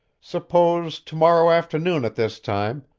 suppose, tomorrow afternoon at this time,